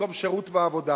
במקום שירות ועבודה.